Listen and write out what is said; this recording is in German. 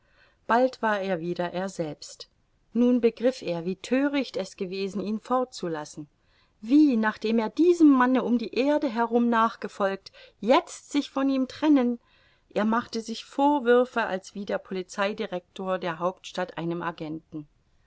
bald war er wieder er selbst nun begriff er wie thöricht es gewesen ihn fort zu lassen wie nachdem er diesem manne um die erde herum nachgefolgt jetzt sich von ihm trennen er machte sich vorwürfe als wie der polizeidirector der hauptstadt einem agenten